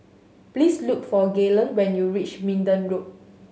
please look for Gaylon when you reach Minden Road